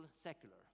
secular